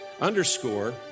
underscore